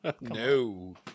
No